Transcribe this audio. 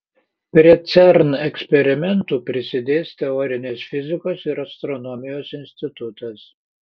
prie cern eksperimentų prisidės teorinės fizikos ir astronomijos institutas